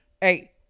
Hey